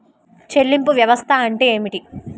చెల్లింపు వ్యవస్థ అంటే ఏమిటి?